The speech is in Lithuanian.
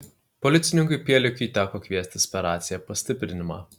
policininkui pielikiui teko kviestis per raciją pastiprinimą